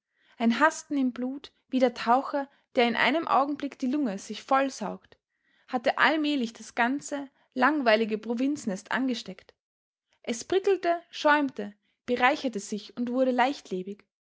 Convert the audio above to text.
ein hasten im blut wie der taucher der in einem augenblick die lunge sich voll saugt hatte allmählich das ganze langweilige provinznest angesteckt es prickelte schäumte bereicherte sich und wurde leichtlebig